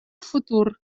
futur